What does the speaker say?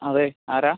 അതെ ആരാണ്